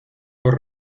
por